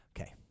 Okay